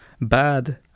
bad